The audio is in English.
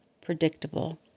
predictable